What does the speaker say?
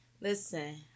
listen